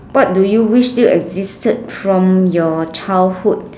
what do you wish still existed from your childhood